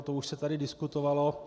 To už se tady diskutovalo.